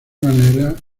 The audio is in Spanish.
manera